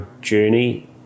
journey